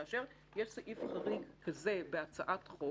כאשר יש סעיף חריג כזה בהצעת חוק,